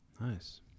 Nice